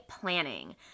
planning